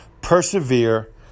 persevere